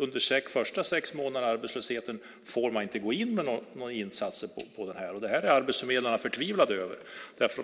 Under de första sex månaderna av arbetslösheten får man inte gå in med några insatser. Det är arbetsförmedlarna förtvivlade över.